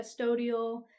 custodial